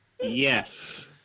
Yes